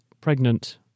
pregnant